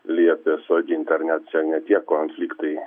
liepė sodint ar ne čia ne tie konfliktai